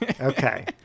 okay